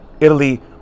Italy